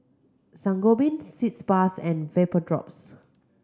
Sangobion Sitz Bath and Vapodrops